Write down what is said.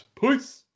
Peace